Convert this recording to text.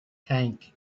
tank